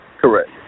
Correct